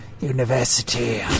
university